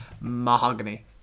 Mahogany